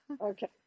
Okay